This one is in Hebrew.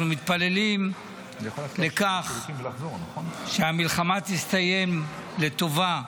אנחנו מתפללים לכך שהמלחמה תסתיים לטובה.